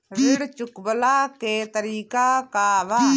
ऋण चुकव्ला के तरीका का बा?